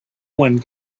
one